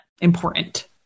important